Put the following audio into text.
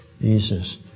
Jesus